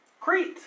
Crete